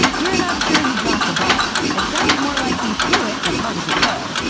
we're not sure he dropped the ball. it sounds more like he threw it as hard as he could.